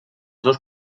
dos